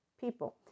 people